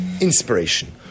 inspiration